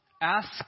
ask